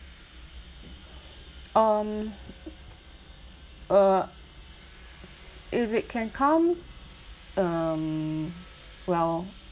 um uh if it can come um well